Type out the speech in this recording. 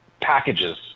packages